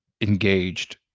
engaged